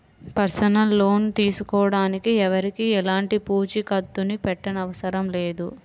personal loan తీసుకోడానికి ఎవరికీ ఎలాంటి పూచీకత్తుని పెట్టనవసరం లేదు